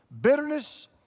Bitterness